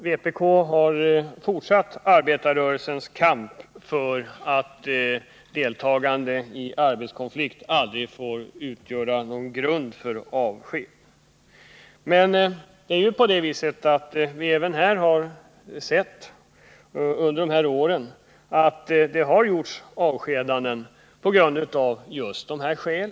Vpk har dock fortsatt arbetarrörelsens kamp för att deltagande i arbetskonflikt aldrig får utgöra grund för avsked. Vi har noterat att det efter denna lags tillkomst har förekommit avskedanden av just detta skäl.